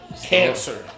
Cancer